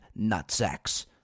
nutsacks